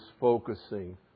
focusing